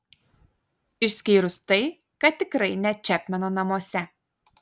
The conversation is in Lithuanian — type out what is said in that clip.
išskyrus tai kad tikrai ne čepmeno namuose